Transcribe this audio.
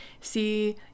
See